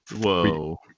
whoa